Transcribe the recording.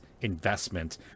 investment